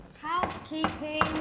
housekeeping